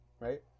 right